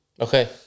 Okay